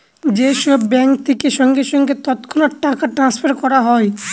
যে সব ব্যাঙ্ক থেকে সঙ্গে সঙ্গে তৎক্ষণাৎ টাকা ট্রাস্নফার করা হয়